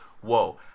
whoa